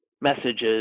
messages